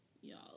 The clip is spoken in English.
y'all